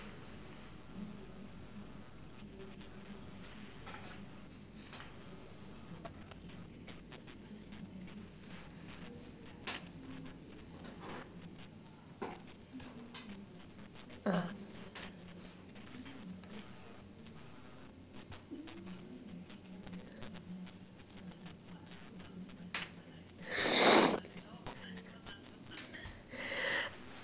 ah